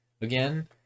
again